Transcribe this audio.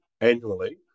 annually